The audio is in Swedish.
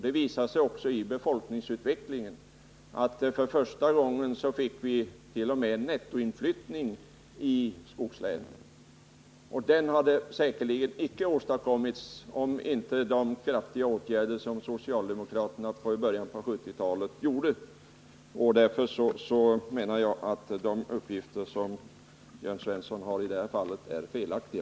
Det visade sig också i befolkningsutvecklingen genom att vi för första gången fick en nettoinflyttning i skogslänen. Den hade säkerligen icke åstadkommits utan de kraftiga åtgärder som socialdemokraterna vidtog i början på 1970-talet. Därför anser jag att de uppgifter som Jörn Svensson har lämnat i det här fallet är felaktiga.